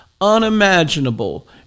unimaginable